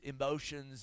emotions